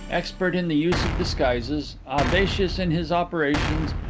expert in the use of disguises, audacious in his operations,